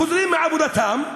שחוזרים מעבודתם,